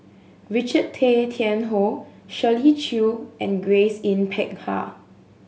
Richard Tay Tian Hoe Shirley Chew and Grace Yin Peck Ha